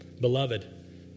Beloved